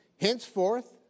henceforth